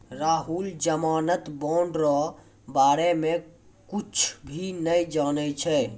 राहुल जमानत बॉन्ड रो बारे मे कुच्छ भी नै जानै छै